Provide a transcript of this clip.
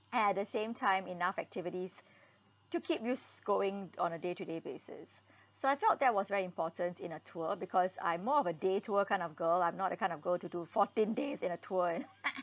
and at the same time enough activities to keep you s~ going on a day to day basis so I felt that was very important in a tour because I'm more of a day tour kind of girl I'm not the kind of go to do fourteen days in a tour and